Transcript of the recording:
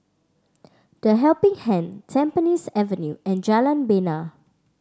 The Helping Hand Tampines Avenue and Jalan Bena